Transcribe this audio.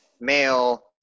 male